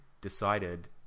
decided